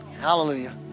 Hallelujah